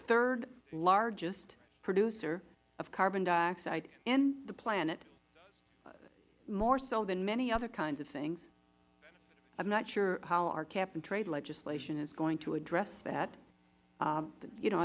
third largest producer of carbon dioxide in the planet more so than many other kinds of things i am not sure how our cap and trade legislation is going to address that you know